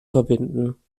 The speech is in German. verbinden